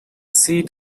seat